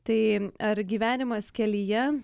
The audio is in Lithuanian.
tai ar gyvenimas kelyje